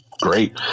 great